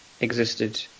existed